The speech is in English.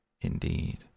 Indeed